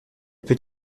peut